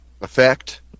effect